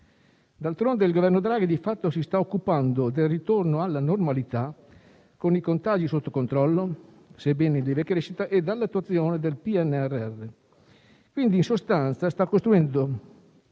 D'altronde il Governo Draghi, di fatto, si sta occupando del ritorno alla normalità, con i contagi sotto controllo, sebbene in lieve crescita, e dell'attuazione del PNRR e quindi, in sostanza, sta costruendo